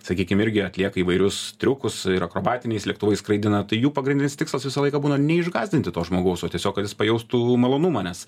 sakykim irgi atlieka įvairius triukus ir akrobatiniais lėktuvais skraidina tai jų pagrindinis tikslas visą laiką būna neišgąsdinti to žmogaus o tiesiog kad jis pajaustų malonumą nes